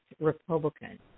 Republican